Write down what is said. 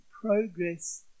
progress